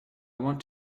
want